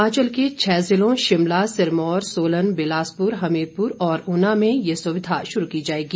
हिमाचल के छः जिलों शिमला सिरमौर सोलन बिलासपुर हमीरपुर और ऊना में यह सुविधा शुरू की जाएगी